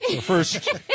first